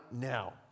now